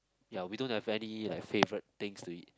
ya we don't have any like favourite things to eat